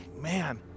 Man